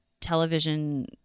television